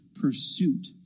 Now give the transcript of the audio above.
pursuit